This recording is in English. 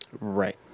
Right